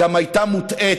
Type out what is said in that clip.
גם הייתה מוטעית,